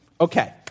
Okay